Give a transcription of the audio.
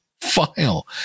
file